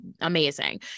amazing